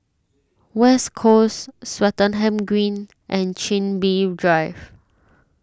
West Coast Swettenham Green and Chin Bee Drive